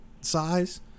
size